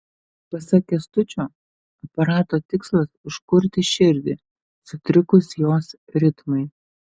pasak kęstučio aparato tikslas užkurti širdį sutrikus jos ritmui